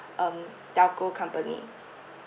um telco company